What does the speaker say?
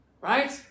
right